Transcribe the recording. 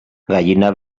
gallina